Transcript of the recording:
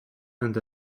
and